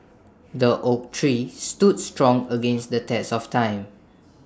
the oak tree stood strong against the test of time